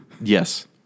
Yes